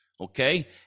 okay